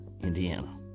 Indiana